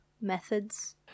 methods